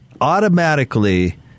automatically